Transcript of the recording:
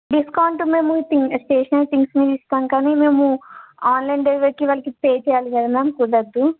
discount మేము thing stationery things మీద ఇస్తాం కానీ మేము ఆన్లైన్ డెలివరీకి వాళ్ళకి పే చేయాలి కదా మ్యామ్ కుదరదు